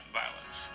violence